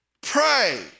Pray